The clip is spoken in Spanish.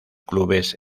clubes